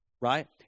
Right